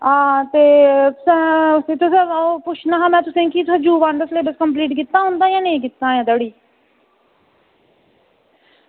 ते आं ते तुसें ई में ओह् पुच्छना हा ते तुसें उंदा सलेब्स कंप्लीट कीता जां नेईं कीता ऐहीं धोड़ी